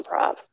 improv